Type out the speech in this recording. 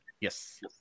Yes